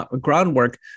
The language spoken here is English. groundwork